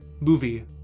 movie